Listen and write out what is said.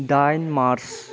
दाइन मार्च